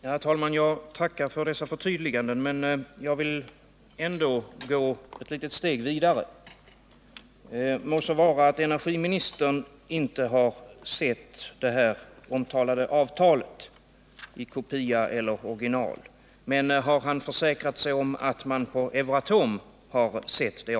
Herr talman! Jag tackar för dessa förtydliganden, men jag vill ändå gå ett steg vidare. Må så vara att energiministern inte sett det omtalade avtalet i kopia eller i original, men har han försäkrat sig om att man på Euratom har sett det?